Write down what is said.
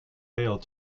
failed